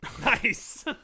Nice